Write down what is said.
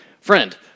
friend